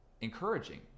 encouraging